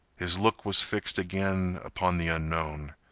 his look was fixed again upon the unknown.